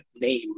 name